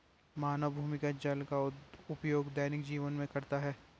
मानव भूमिगत जल का उपयोग दैनिक जीवन में करता है